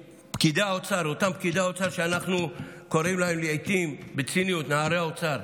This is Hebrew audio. אותם פקידי האוצר שאנחנו קוראים להם לעיתים בציניות "נערי האוצר"